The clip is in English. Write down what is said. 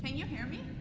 you hear me?